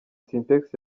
sintex